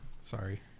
Sorry